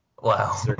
wow